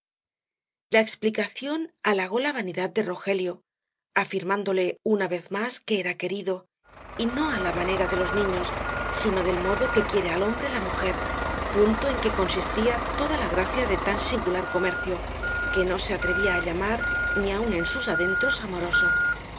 la explicación halagó la vanidad de rogelio afirmándole una vez más que era querido y no á la manera de los niños sino del modo que quiere al hombre la mujer punto en que consistía toda la gracia de tan singular comercio que no se atrevía á llamar ni aun en sus adentros amoroso